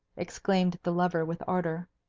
exclaimed the lover with ardour.